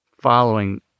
following